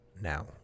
now